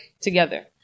together